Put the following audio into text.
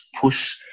push